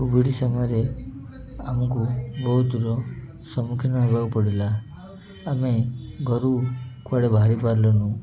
Covid ସମୟରେ ଆମକୁ ବହୁତର ସମ୍ମୁଖୀନ ହେବାକୁ ପଡ଼ିଲା ଆମେ ଘରୁ କୁଆଡ଼େ ବାହାରି ପାରିଲୁନୁ